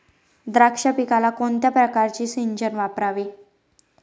द्राक्ष पिकाला कोणत्या प्रकारचे सिंचन वापरावे?